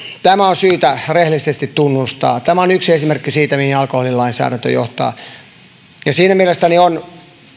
tämä on syytä rehellisesti tunnustaa tämä on yksi esimerkki siitä mihin alkoholilainsäädäntö johtaa mielestäni on